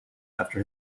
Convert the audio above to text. after